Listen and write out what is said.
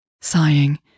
Sighing